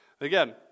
Again